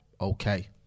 okay